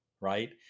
right